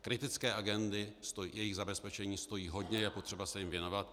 Kritické agendy, jejich zabezpečení stojí hodně, je potřeba se jim věnovat.